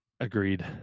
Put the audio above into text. Agreed